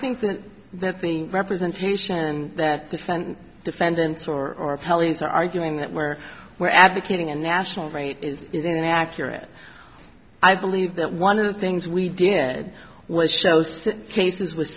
think that the representation that defend defendants or police are arguing that where we're advocating a national rate is inaccurate i believe that one of the things we did was show cases w